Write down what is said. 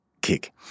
kick